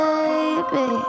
Baby